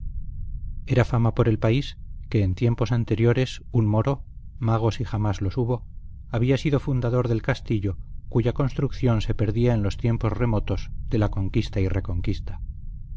era fama por el país que en tiempos anteriores un moro mago si jamás los hubo había sido fundador del castillo cuya construcción se perdía en los tiempos remotos de la conquista y reconquista